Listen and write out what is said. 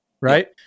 right